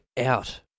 out